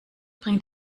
bringt